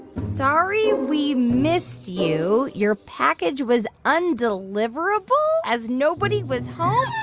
sorry we missed you. your package was undeliverable, as nobody was home.